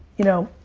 you know,